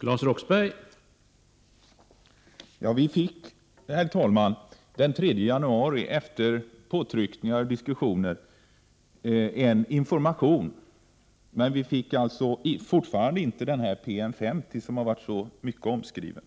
Herr talman! Vi fick den 3 januari, efter påtryckningar och diskussioner, en information. Men vi fick fortfarande inte denna PM 50, som har varit så omskriven.